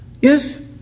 Yes